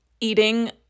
eating